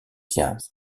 díaz